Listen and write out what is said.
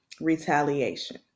retaliation